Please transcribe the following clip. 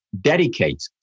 dedicate